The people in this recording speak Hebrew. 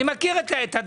אני מכיר את זה.